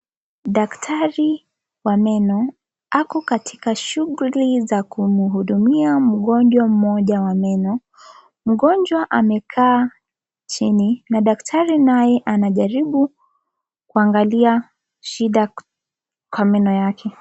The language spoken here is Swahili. Daktari wa meno ako katika shughuli za kumhudumia mgonjwa moja wa meno . Mgonjwa amekaa chini na daktari naye anajaribu kuangalia shida kwa meno yake.